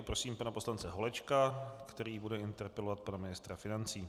Prosím pana poslance Holečka, který bude interpelovat pana ministra financí.